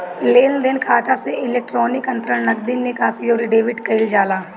लेनदेन खाता से इलेक्ट्रोनिक अंतरण, नगदी निकासी, अउरी डेबिट कईल जाला